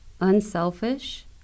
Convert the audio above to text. unselfish